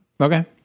okay